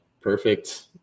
perfect